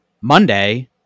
Monday